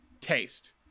taste